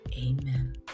amen